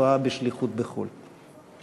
השוהה בשליחות בחו"ל.